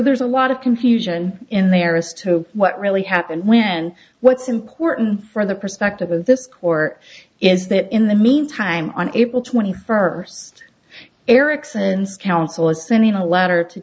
there's a lot of confusion in there as to what really happened when what's important for the perspective of this court is that in the meantime on april twenty first eriksson's counsel is sending a letter to